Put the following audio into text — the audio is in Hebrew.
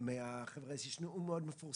תקנות מיוחדות כדי שהם יישארו שקטים ויהוו מקלט